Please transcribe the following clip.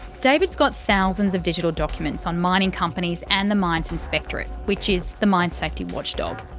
david's got thousands of digital documents on mining companies and the mines inspectorate. which is the mine safety watchdog.